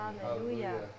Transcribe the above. Hallelujah